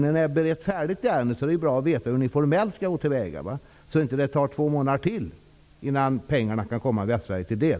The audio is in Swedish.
Det är ju bra att veta hur ni i regeringen formellt skall gå till väga, när ni berett ärendet färdigt, så att det inte tar två månader till innan pengarna kan komma Västsverige till del.